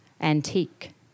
Antique